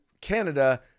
Canada